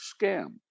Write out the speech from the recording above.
scam